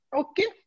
okay